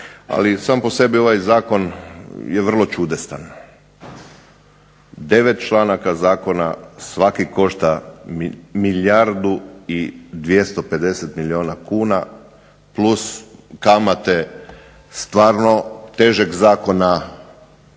Ali sam po sebi ovaj zakon je vrlo čudestan, devet članaka zakona, svaki košta milijardu i 250 milijuna kuna plus kamate. Stvarno težeg zakona